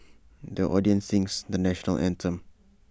the audience sings the National Anthem